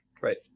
right